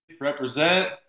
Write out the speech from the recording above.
Represent